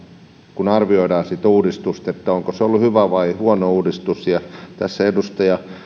kun arvioidaan sitä uudistusta ratkeaa onko se ollut hyvä vai huono uudistus tässä edustaja